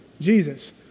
Jesus